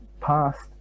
past